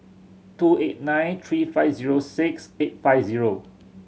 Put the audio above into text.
two eight nine three five zero six eight five zero